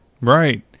Right